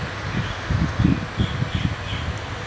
<Z